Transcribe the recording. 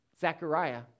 Zechariah